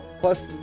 Plus